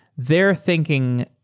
they're thinking,